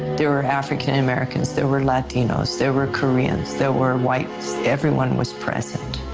there were african americans, there were latinos, there were koreans, there were whites everyone was present.